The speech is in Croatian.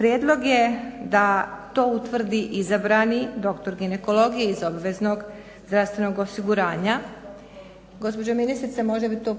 Prijedlog je da to utvrdi doktor ginekologije iz obveznog zdravstvenog osiguranja. Gospođo ministrice možda bi to